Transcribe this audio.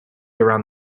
around